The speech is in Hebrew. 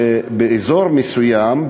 שבאזור מסוים,